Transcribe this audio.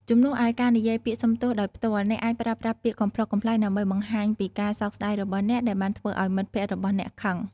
ជំនួសឱ្យការនិយាយពាក្យសុំទោសដោយផ្ទាល់ អ្នកអាចប្រើប្រាស់ពាក្យកំប្លុកកំប្លែងដើម្បីបង្ហាញពីការសោកស្តាយរបស់អ្នកដែលបានធ្វើឱ្យមិត្តភក្តិរបស់អ្នកខឹង។